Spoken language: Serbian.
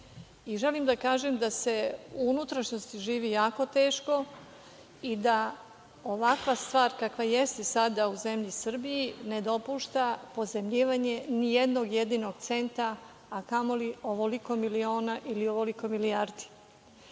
i želim da kažem da se u unutrašnjosti živi jako teško i da ovakva stvar, kakva jeste sada u zemlji Srbiji, ne dopušta pozajmljivanje ni jednog jedinog centa, a kamoli ovoliko miliona ili ovoliko milijardi.